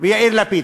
ויאיר לפיד,